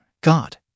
God